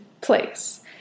place